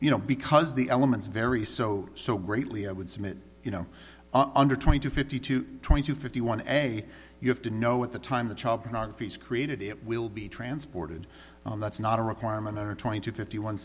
you know because the elements vary so so greatly i would submit you know under twenty two fifty two twenty two fifty one anyway you have to know at the time the child pornography is created it will be transported that's not a requirement or trying to fifty one